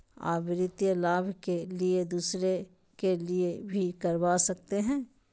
आ वित्तीय लाभ के लिए दूसरे के लिए भी करवा सकते हैं?